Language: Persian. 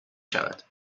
شود